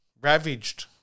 ravaged